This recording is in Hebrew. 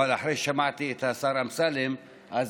אבל אחרי ששמעתי את השר אמסלם אני